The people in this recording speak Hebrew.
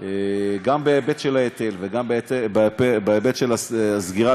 גם בהיבט של ההיטל וגם בהיבט של הסגירה,